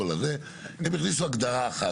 הם הכניסו הגדרה אחת.